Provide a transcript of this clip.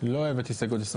7 נמנעים,